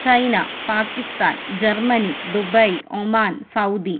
China Pakistan Germany Dubai Oman Saudi